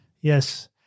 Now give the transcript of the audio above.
Yes